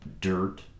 dirt